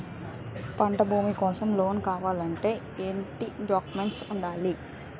పంట భూమి కోసం లోన్ కావాలి అంటే ఏంటి డాక్యుమెంట్స్ ఉండాలి?